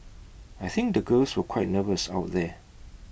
I think the girls were quite nervous out there